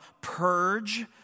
purge